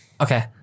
Okay